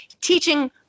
teaching